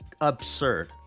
absurd